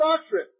doctrine